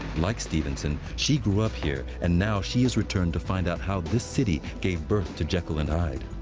like stevenson, she grew up here and now she has returned to find out how this city gave birth to jekyll and hyde.